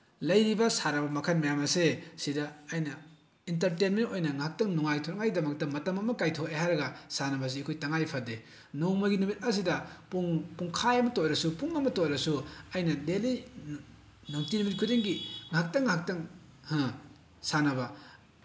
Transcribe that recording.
ꯂꯩꯔꯤꯕ ꯁꯥꯟꯅꯕ ꯃꯈꯜ ꯃꯌꯥꯝ ꯑꯁꯦ ꯁꯤꯗ ꯑꯩꯅ ꯏꯟꯇꯔꯇꯦꯟꯃꯦꯟ ꯑꯣꯏꯅ ꯉꯥꯛꯇꯪ ꯅꯨꯡꯉꯥꯏꯊꯣꯛꯅꯉꯥꯏꯗꯃꯛꯇ ꯃꯇꯝ ꯑꯃ ꯀꯥꯏꯊꯣꯛꯑꯦ ꯍꯥꯏꯔꯒ ꯁꯥꯟꯅꯕ ꯑꯁꯤ ꯑꯩꯈꯣꯏ ꯇꯉꯥꯏꯐꯗꯦ ꯅꯣꯡꯃꯒꯤ ꯅꯨꯃꯤꯠ ꯑꯁꯤꯗ ꯄꯨꯡ ꯄꯨꯡꯈꯥꯏ ꯑꯃꯇ ꯑꯣꯏꯔꯁꯨ ꯄꯨꯡ ꯑꯃꯇ ꯑꯣꯏꯔꯁꯨ ꯑꯩꯅ ꯗꯦꯜꯂꯤ ꯅꯨꯡꯇꯤ ꯅꯨꯃꯤꯠ ꯈꯨꯗꯤꯡꯒꯤ ꯉꯥꯛꯇꯪ ꯉꯥꯛꯇꯪ ꯁꯥꯟꯅꯕ